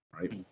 right